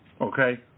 okay